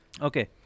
Okay